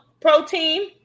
protein